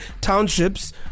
townships